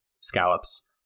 scallops